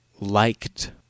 liked